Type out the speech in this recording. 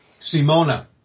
Simona